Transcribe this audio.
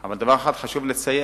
אבל דבר אחד חשוב לציין,